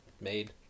made